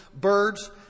birds